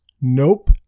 Nope